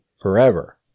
forever